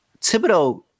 Thibodeau